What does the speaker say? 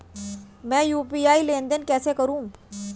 मैं यू.पी.आई लेनदेन कैसे करूँ?